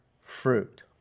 fruit